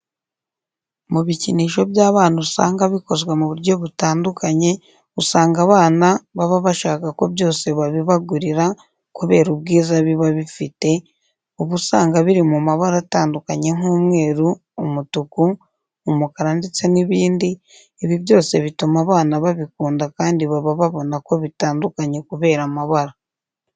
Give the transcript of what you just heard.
Mu bikinisho by'abana usanga bikozwe mu buryo butandukanye, usanga abana baba bashaka ko byose babibagurira kubera ubwiza biba bifite, uba usanga biri mu mabara atandukanye nk'umweru, umutuku, umukara ndetse n'ibindi ibi byose bituma abana babikunda kandi baba babona ko bitandukanye kubera amabara.